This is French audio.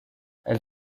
elle